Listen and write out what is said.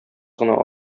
гына